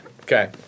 Okay